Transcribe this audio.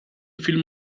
film